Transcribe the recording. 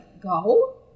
go